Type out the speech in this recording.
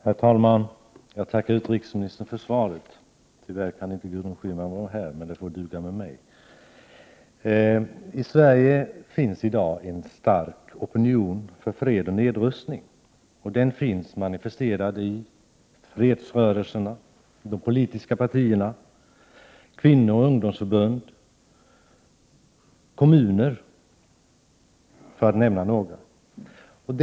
Herr talman! Jag tackar utrikesministern för svaret. Tyvärr kan Gudrun Schyman inte vara här, men det får duga med mig. I Sverige finns i dag en stark opinion för fred och nedrustning. Den finns manifesterad i fredsrörelserna, i de politiska partierna, i kvinnooch ungdomsförbund och i kommuner — för att nämna några exempel.